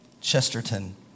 Chesterton